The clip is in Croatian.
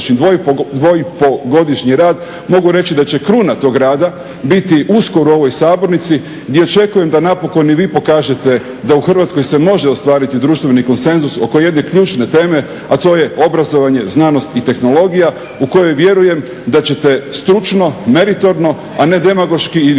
2,5-godišnji rad mogu reći da će kruna tog rada biti uskoro u ovoj sabornici gdje očekujem da napokon i vi pokažete da u Hrvatskoj se može ostvariti društveni konsenzus oko jedne ključne teme, a to je obrazovanje, znanost i tehnologija u kojoj vjerujem da ćete stručno, meritorno a ne demagoški ili